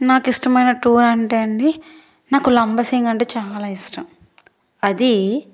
నాకిష్టమైన టూరంటే అండి నాకు లంబసింగి అంటే చాలా ఇష్టం అది